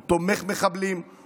הוא תומך מחבלים,